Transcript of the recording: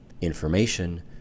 information